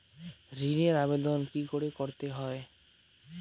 ঋণের আবেদন কি করে করতে হয়?